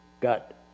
got